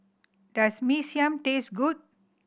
does Mee Siam taste good